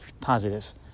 positive